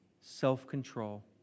self-control